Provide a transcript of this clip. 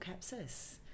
Capsis